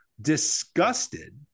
disgusted